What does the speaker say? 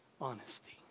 honesty